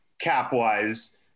cap-wise